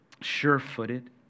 sure-footed